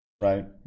Right